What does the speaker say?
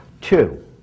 two